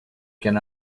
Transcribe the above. can